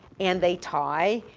and they tie,